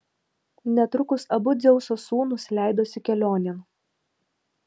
netrukus abu dzeuso sūnūs leidosi kelionėn